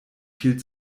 viel